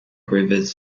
rivers